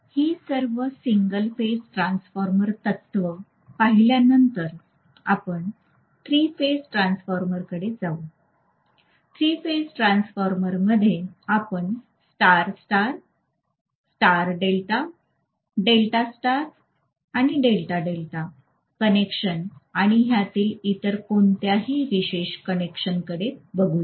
ही सर्व single phase transformer तत्त्वे पाहिल्यानंतर आपण थ्री फेज ट्रान्सफॉर्मर्सकडे जाऊ थ्री फेज ट्रान्सफॉर्मर्समध्ये आपण star star start delta delta star आणि डेल्टा डेल्टा कनेक्शन आणि ह्यातील इतर कोणत्याही विशेष कनेक्शनकडे बघूया